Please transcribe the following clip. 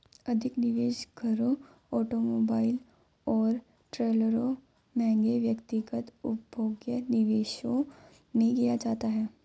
अधिक निवेश घरों ऑटोमोबाइल और ट्रेलरों महंगे व्यक्तिगत उपभोग्य निवेशों में किया जाता है